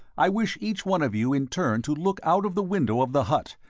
i wish each one of you in turn to look out of the window of the hut,